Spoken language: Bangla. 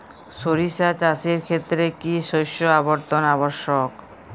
সরিষা চাষের ক্ষেত্রে কি শস্য আবর্তন আবশ্যক?